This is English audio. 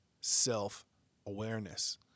self-awareness